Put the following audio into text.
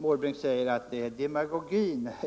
Måbrink talade om demagogi.